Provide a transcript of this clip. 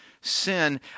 sin